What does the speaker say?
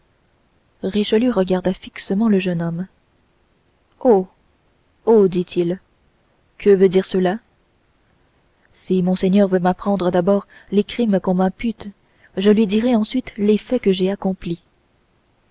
éminence richelieu regarda fixement le jeune homme oh oh dit-il que veut dire cela si monseigneur veut m'apprendre d'abord les crimes qu'on m'impute je lui dirai ensuite les faits que j'ai accomplis